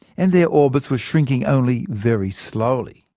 and their orbits were shrinking only very slowly.